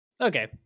Okay